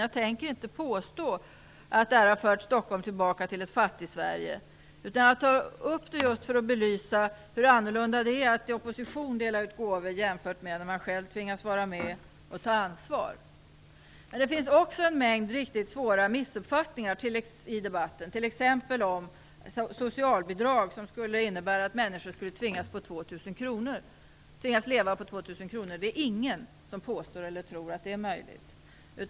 Jag tänker inte påstå att detta har fört Stockholm tillbaka till ett Fattigsverige. Jag tar upp det för att belysa hur annorlunda det är att dela ut gåvor i opposition jämfört med när man själv tvingas vara med och ta ansvar. Det finns också en mängd riktigt svåra missuppfattningar i debatten, t.ex. att socialbidrag skulle innebära att människor tvingas leva på 2 000 kronor. Det är ingen som påstår eller tror att det är möjligt.